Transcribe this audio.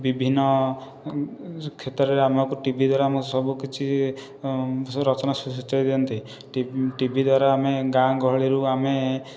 ବିଭିନ୍ନ କ୍ଷେତ୍ରରେ ଆମକୁ ଟିଭି ଦ୍ୱାରା ଆମେ ସବୁକିଛି ସୂଚାଇ ଦିଅନ୍ତି ଟିଭି ଦ୍ୱାରା ଆମେ ଗାଁଗହଳିରୁ ଆମେ